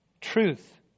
truth